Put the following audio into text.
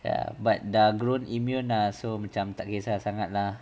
ya but dah grown immune lah so macam tak kisah sangat lah